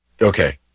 Okay